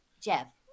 Jeff